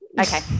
Okay